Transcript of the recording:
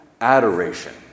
adoration